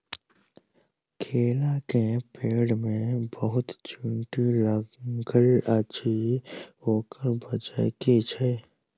केला केँ पेड़ मे बहुत चींटी लागल अछि, ओकर बजय की छै?